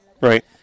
Right